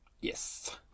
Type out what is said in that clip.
Yes